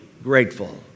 grateful